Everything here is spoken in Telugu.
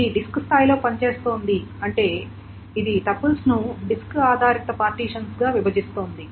ఇది డిస్క్ స్థాయిలో పనిచేస్తోంది అంటే ఇది టపుల్స్ను డిస్క్ ఆధారిత పార్టీషన్స్ గా విభజిస్తోంది